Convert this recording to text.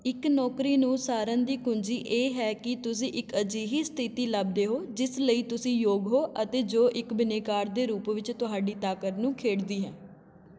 ਇੱਕ ਨੌਕਰੀ ਨੂੰ ਉਸਾਰਨ ਦੀ ਕੂੰਜੀ ਇਹ ਹੈ ਕਿ ਤੁਸੀਂ ਇੱਕ ਅਜਿਹੀ ਸਥਿਤੀ ਲੱਭਦੇ ਹੋ ਜਿਸ ਲਈ ਤੁਸੀਂ ਯੋਗ ਹੋ ਅਤੇ ਜੋ ਇੱਕ ਬਿਨੇਕਾਰ ਦੇ ਰੂਪ ਵਿੱਚ ਤੁਹਾਡੀ ਤਾਕਤ ਨੂੰ ਖੇਡਦੀ ਹੈ